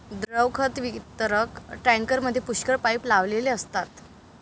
द्रव खत वितरक टँकरमध्ये पुष्कळ पाइप लावलेले असतात